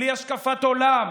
בלי השקפת עולם.